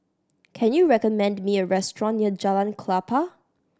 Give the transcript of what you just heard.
can you recommend me a restaurant near Jalan Klapa